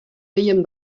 feien